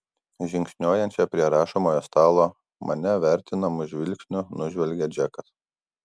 žingsniuojančią prie rašomojo stalo mane vertinamu žvilgsniu nužvelgia džekas